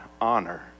honor